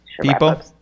People